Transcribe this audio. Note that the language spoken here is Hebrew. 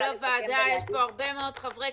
כתבתי אתמול מכתב מאוד מאוד לא שגרתי